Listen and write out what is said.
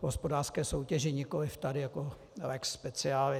V hospodářské soutěži, nikoli tady jako lex specialis.